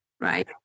right